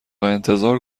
انتظار